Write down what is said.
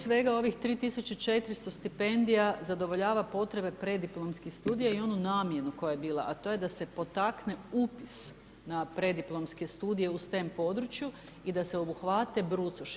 svega, ovih 3400 stipendija zadovoljava potrebe preddiplomskih studija i onu namjenu koja je bila, a to je da se potakne upis na preddiplomski studije u STEM području i da se obuhvate brucoši.